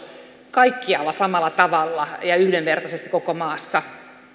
kaikkialla samalla tavalla ja yhdenvertaisesti koko maassa